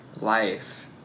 life